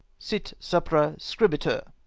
sit supra scribitur,